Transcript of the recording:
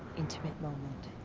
intimate moment.